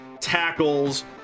tackles